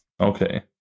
Okay